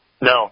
No